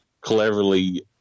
cleverly